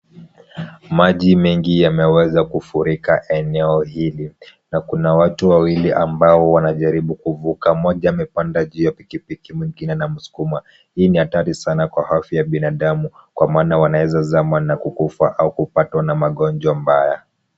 Maji mengi yameweza kufurika eneo hili, na kuna watu wawili ambao wanajaribu kuvuka. Mmoja amepanda njia pikipiki mwingine na msukuma. Hii ni hatari sana kwa afya ya binadamu, kwa maana wanaweza zama na kukufa, au kupatwa na magonjwa mbaya.